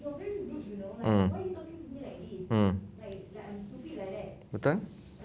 mm mm betul